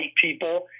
people